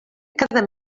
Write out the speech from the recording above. cada